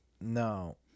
No